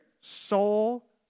soul